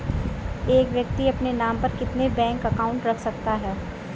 एक व्यक्ति अपने नाम पर कितने बैंक अकाउंट रख सकता है?